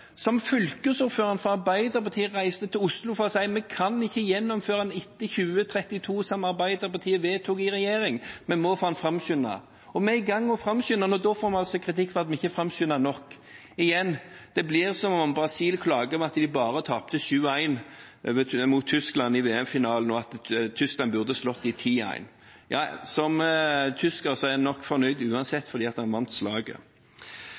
Fylkesordføreren fra Arbeiderpartiet reiste til Oslo for å si at de ikke kunne gjennomføre den etter 2032, som Arbeiderpartiet vedtok i regjering, de måtte få den framskyndet. Vi er i gang med å framskynde den, og da får vi altså kritikk for at vi ikke framskynder den nok. Igjen: Det blir som om Brasil klager over at de bare tapte 7–1 mot Tyskland i VM-semifinalen, og at Tyskland burde slått dem 10–1. Som tysker er man nok uansett fornøyd med at man vant slaget.